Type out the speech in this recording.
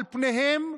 על פניהם,